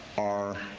are,